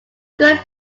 good